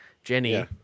Jenny